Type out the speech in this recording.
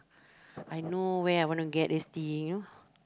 I know where I want to get this thing you know